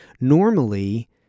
normally